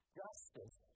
justice